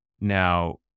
Now